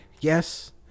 Yes